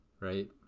right